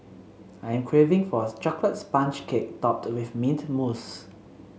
I am craving for a chocolate sponge cake topped with mint mousse